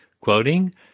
Quoting